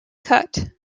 cut